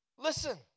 Listen